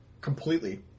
Completely